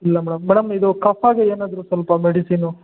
ಇಲ್ಲ madam madam ಇದು ಕಫಾಗೆ ಏನಾದರೂ ಸ್ವಲ್ಪ ಮೆಡಿಸಿನು